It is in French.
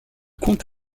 compte